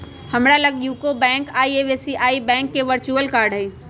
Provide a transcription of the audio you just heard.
हमरा लग UCO bank आऽ एस.बी.आई बैंक के वर्चुअल कार्ड हइ